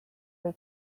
või